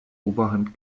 oberhand